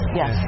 yes